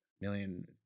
million